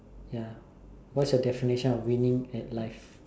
ya what is your definition of winning at life